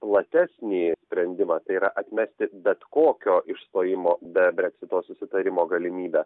platesnį sprendimą tai yra atmesti bet kokio išstojimo be breksito susitarimo galimybę